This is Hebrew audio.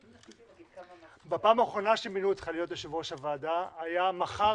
בפעם האחרונה שמינו אותך להיות יושב-ראש הוועדה היה מחר